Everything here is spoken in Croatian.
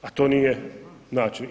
A to nije način.